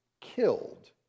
killed